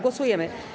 Głosujemy.